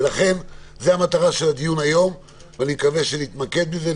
זו מטרת הדיון היום ואני מקווה שנתמקד בזה.